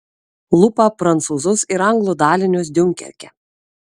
lupa prancūzus ir anglų dalinius diunkerke